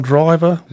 Driver